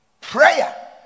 prayer